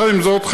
עם זאת,